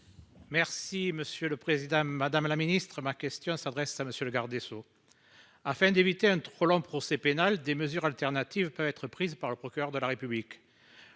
Merci monsieur le président, madame la ministre, ma question s'adresse à monsieur le garde des Sceaux. Afin d'éviter un trop long procès pénal des mesures alternatives peut être prise par le procureur de la République.